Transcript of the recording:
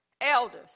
elders